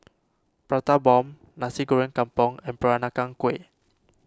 Prata Bomb Nasi Goreng Kampung and Peranakan Kueh